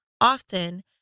Often